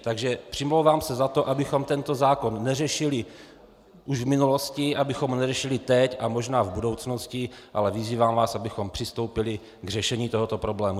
Takže přimlouvám se za to, abychom tento zákon neřešili už v minulosti, abychom ho neřešili teď a možná v budoucnosti, ale vyzývám vás, abychom přistoupili k řešení tohoto problému.